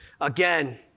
Again